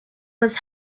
was